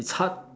it's hard